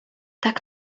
tak